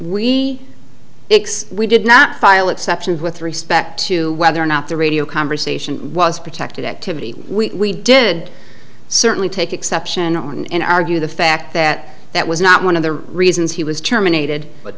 we we did not file exceptions with respect to whether or not the radio conversation was protected activity we did certainly take exception on in argue the fact that that was not one of the reasons he was terminated but